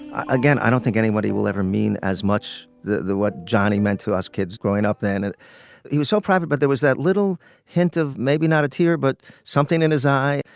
again i don't think anybody will ever mean as much the the what johnny meant to us kids growing up then. and he was so private, but there was that little hint of maybe not a tier, but something in his eye.